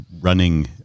running